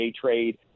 trade